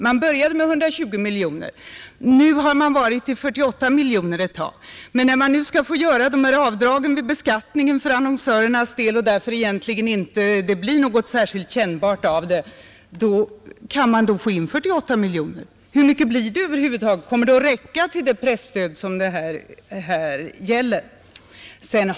Man börjar med 120 miljoner kronor, Nu har man talat om 48 miljoner kronor ett tag. Men när det nu skall medges avdrag vid beskattningen för annonsörernas del och det därför egentligen inte blir några särskilt kännbara verkningar, kan man då få in 48 miljoner kronor? Hur mycket blir det över huvud taget? Kommer det att räcka till det presstöd som det här gäller?